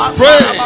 pray